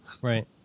Right